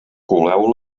coleu